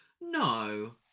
No